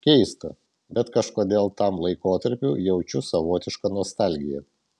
keista bet kažkodėl tam laikotarpiui jaučiu savotišką nostalgiją